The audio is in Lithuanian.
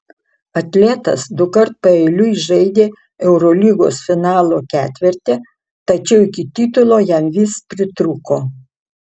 atletas dukart paeiliui žaidė eurolygos finalo ketverte tačiau iki titulo jam vis pritrūko